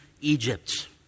Egypt